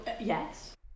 Yes